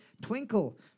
Twinkle